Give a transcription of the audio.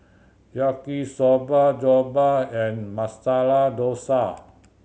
Yaki Soba Jokbal and Masala Dosa